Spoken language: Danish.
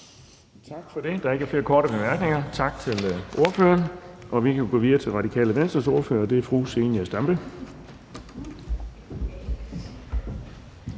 Tak for det. Der er ikke flere korte bemærkninger. Tak til ordføreren. Vi kan gå videre til Radikale Venstres ordfører, og det er fru Zenia Stampe.